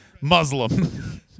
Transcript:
Muslim